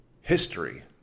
history